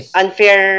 unfair